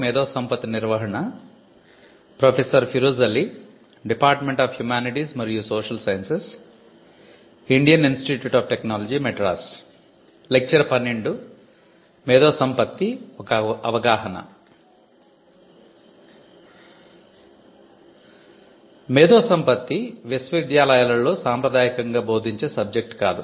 మేధో సంపత్తి అవగాహన 'మేధో సంపత్తి' విశ్వవిద్యాలయాలలో సాంప్రదాయకంగా బోధించే సబ్జెక్టు కాదు